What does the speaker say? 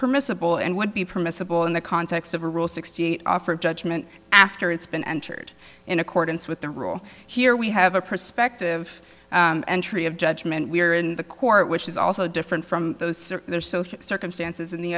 permissible and would be permissible in the context of a rule sixty eight offered judgment after it's been entered in accordance with the rule here we have a perspective and entry of judgment we are in the court which is also different from those certain their social circumstances in the